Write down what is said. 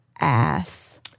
ass